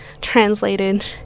translated